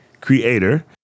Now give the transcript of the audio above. creator